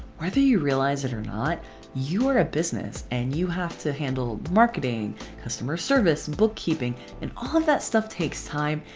whether you realize it or not you're a business and you have to handle marketing customer service and bookkeeping and all of that stuff takes time.